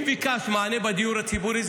אם ביקשת מענה בדיור הציבורי,